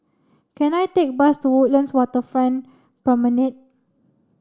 can I take a bus to Woodlands Waterfront Promenade